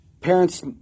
parents